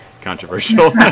controversial